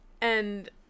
and-